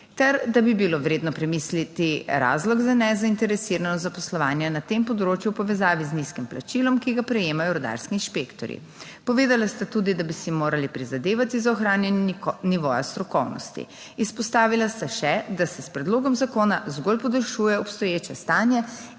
ter da bi bilo vredno premisliti razlog za nezainteresiranost zaposlovanja na tem področju v povezavi z nizkim plačilom, ki ga prejemajo rudarski inšpektorji. Povedala sta tudi, da bi si morali prizadevati za ohranjanje nivoja strokovnosti 31. TRAK: (SC) – 16.30 (nadaljevanje) izpostavila sta še, da se s predlogom zakona zgolj podaljšuje obstoječe stanje.